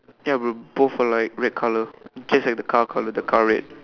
ya bro both were like red colour just like the car colour the car red